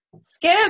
Skip